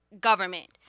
government